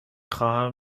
خواهم